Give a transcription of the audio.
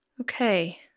okay